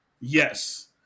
yes